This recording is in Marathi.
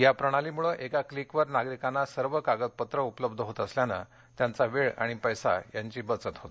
या प्रणालीमुळे एका क्लिकवर नागरिकांना सर्व कागदपत्रे उपलब्ध होत असल्याने त्यांचा वेळ आणि पैशाची बचत होते